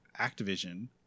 Activision